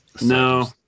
No